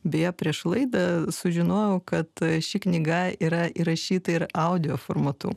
beje prieš laidą sužinojau kad ši knyga yra įrašyta ir audio formatu